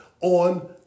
on